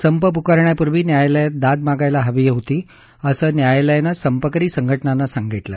संप पुकारण्यापूर्वी न्यायालयात दाद मागायला हवी होती असं न्यायालयानं संपकरी संघटनांना सांगितलं